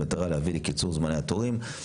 במטרה להביא לקיצור זמני התורים.